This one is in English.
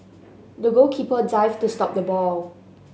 the goalkeeper dived to stop the ball